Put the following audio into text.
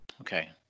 Okay